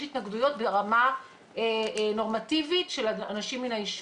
התנגדויות ברמה נורמטיבית של אנשים מן הישוב.